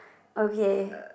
okay